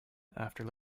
after